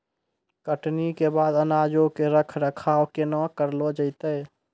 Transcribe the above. कटनी के बाद अनाजो के रख रखाव केना करलो जैतै?